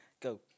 Go